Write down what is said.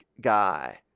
guy